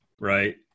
right